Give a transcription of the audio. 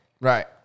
Right